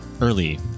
early